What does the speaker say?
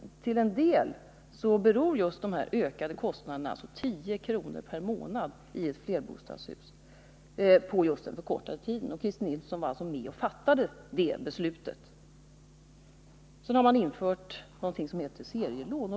Till en del beror dessa ökade kostnader, 10 kr. per månad i flerbostadshus, på just denna förkortning av amorteringstiden. Och Christer Nilsson var alltså med och fattade det beslutet. Sedan har det införts något som heter serielån.